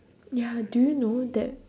ya do you know that